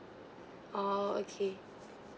orh okay